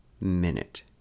minute